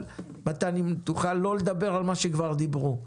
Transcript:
אם תוכל לא לדבר על מה שכבר דיברו,